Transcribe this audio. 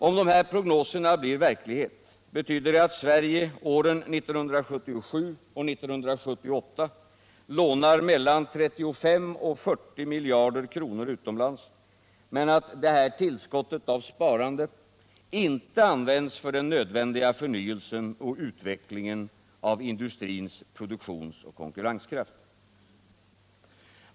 Om de här prognoserna blir verklighet betyder det att Sverige åren 1977 och 1978 lånar mellan 35 och 40 miljarder kronor utomlands, men att detta tillskott av sparande inte används för den nödvändiga förnyelsen och utvecklingen av industrins produktionsoch konkurrenskraft.